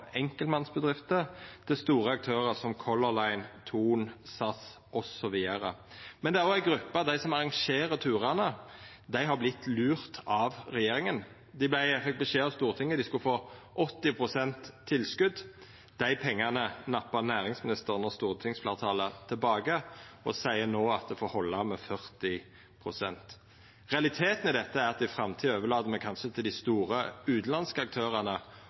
enkeltmannsbedrifter til store aktørar som Color Line, Thon, SAS osv. Men det er òg ei gruppe til: dei som arrangerer turane. Dei har vorte lurte av regjeringa. Dei fekk beskjed av Stortinget om at dei skulle få 80 pst. tilskot. Dei pengane nappa næringsministeren og stortingsfleirtalet tilbake og seier no at det får halda med 40 pst. Realiteten i dette er at i framtida overlèt me kanskje til dei store utanlandske aktørane